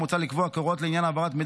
מוצע לקבוע הוראות לעניין העברת מידע